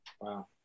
wow